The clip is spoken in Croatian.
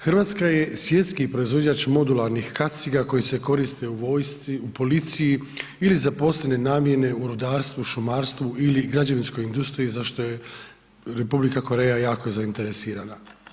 Hrvatska je svjetski proizvođača modularnih kaciga koje se koriste u vojsci, u policiji ili za posebne namjene u rudarstvu, šumarstvu ili građevinskoj industriji za što je Republika Koreja jako zainteresirana.